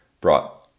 brought